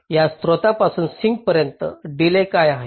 या स्त्रोतापासून सिंक पर्यंत डिलेज काय आहेत